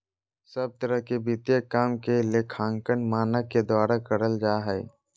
सब तरह के वित्तीय काम के लेखांकन मानक के द्वारा करल जा हय